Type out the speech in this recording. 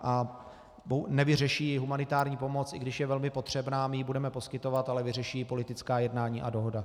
A nevyřeší ji humanitární pomoc, i když je velmi potřebná, my ji budeme poskytovat, ale vyřeší ji politická jednání a dohoda.